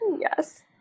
Yes